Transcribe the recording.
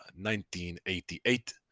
1988